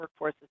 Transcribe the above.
workforces